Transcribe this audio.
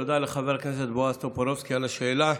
תודה לחבר הכנסת בועז טופורובסקי על השאלה.